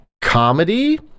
comedy